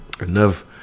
enough